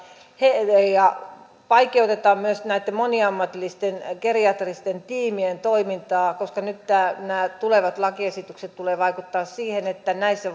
ja vaikeutetaan myös näitten moniammatillisten geriatristen tiimien toimintaa koska nyt nämä tulevat lakiesitykset tulevat vaikuttamaan siihen että myös näissä